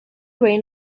reign